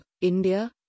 India